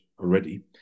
already